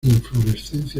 inflorescencia